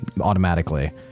automatically